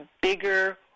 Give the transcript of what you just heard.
bigger